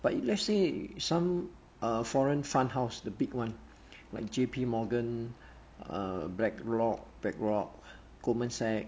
but if let's say some err foreign fund house the big one like J_P morgan err blackrock blackrock goldman sachs